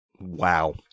Wow